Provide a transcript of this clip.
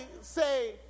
say